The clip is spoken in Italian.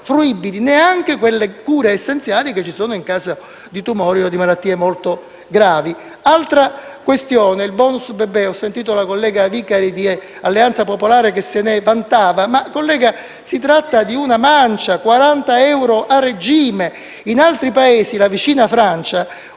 fruibili neanche le cure essenziali in caso di tumori o di malattie molto gravi. Altra questione riguarda il *bonus* bebè. Ho sentito la collega Vicari di Alternativa Popolare che se ne vantava; ma, collega, si tratta di una mancia: 40 euro a regime. In altri Paesi, la vicina Francia,